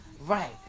Right